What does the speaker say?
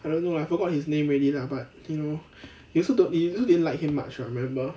I don't know lah I forgot his name already lah but you know you also don't you also didn't like him much [what] remember